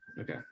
Okay